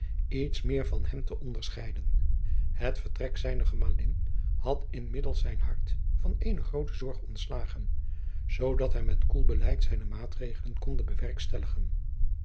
iets meer van hem te onderscheiden het vertrek zijner gemalin had inmiddels zijn hart van eene groote zorg ontslagen zoodat hij met koel beleid zijne maatregelen konde bewerkstelligen